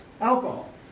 Alcohol